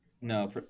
no